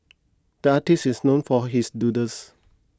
the artist is known for his doodles